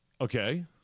Okay